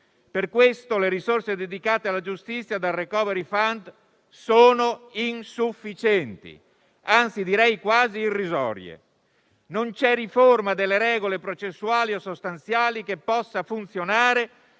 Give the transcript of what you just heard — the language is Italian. Per questo le risorse dedicate alla giustizia dal *recovery fund* sono insufficienti, direi quasi irrisorie. Non c'è riforma delle regole processuali o sostanziali che possa funzionare